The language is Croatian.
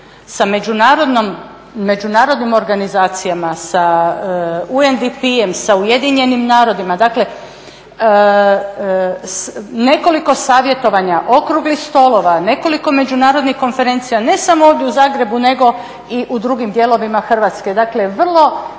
sa međunarodnim organizacijama, sa UNDP-em sa UN-om, dakle nekoliko savjetovanja, okruglih stolova, nekoliko međunarodnih konferencija ne samo ovdje u Zagrebu nego i u drugim dijelovima Hrvatske. Dakle vrlo